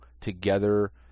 together